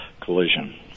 collision